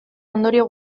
ondorio